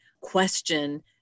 question